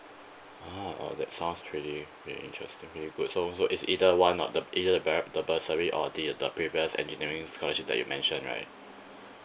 ah oh that sounds pretty very interesting very good so so is either one or the either the aare~ the bursary or the the previous engineering scholarship that you mention right